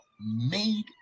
made